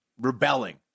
rebelling